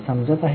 समजत आहे